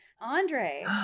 Andre